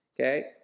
Okay